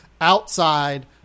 outside